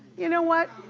you know what?